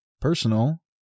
personal